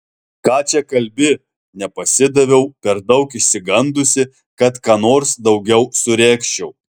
ką čia kalbi nepasidaviau per daug išsigandusi kad ką nors daugiau suregzčiau